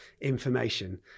information